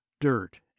dirt